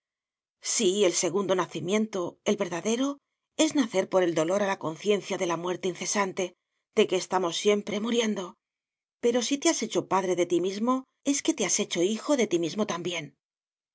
sí el segundo nacimiento el verdadero es nacer por el dolor a la conciencia de la muerte incesante de que estamos siempre muriendo pero si te has hecho padre de ti mismo es que te has hecho hijo de ti mismo también